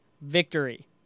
victory